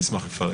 אשמח לפרט.